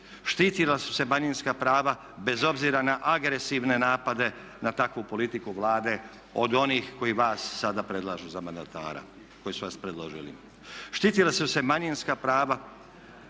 Štitila su se manjinska prava bez obzira na agresivne napade na takvu politiku Vlade od onih koji vas sad predlažu za mandatara, koji su vas predložili. Štitila su se manjinska prava,